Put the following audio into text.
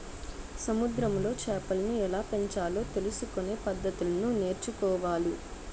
సముద్రములో చేపలను ఎలాపెంచాలో తెలుసుకొనే పద్దతులను నేర్చుకోవాలి